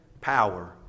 power